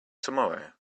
tomorrow